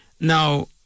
Now